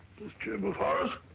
this chamber of horrors.